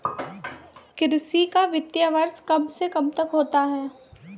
कृषि का वित्तीय वर्ष कब से कब तक होता है?